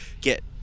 get